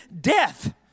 death